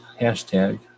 hashtag